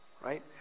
right